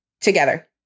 together